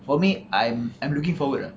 for me I'm I'm looking forward lah